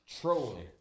Trolling